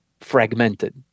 fragmented